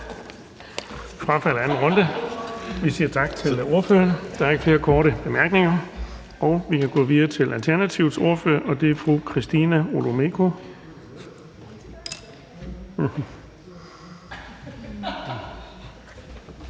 formand (Erling Bonnesen): Tak til ordføreren. Der er ikke flere korte bemærkninger. Vi kan gå videre til Alternativets ordfører, og det er fru Christina Olumeko.